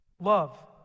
Love